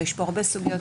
ויש פה הרבה סוגיות,